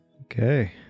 okay